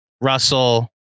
Russell